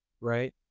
right